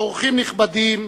אורחים נכבדים,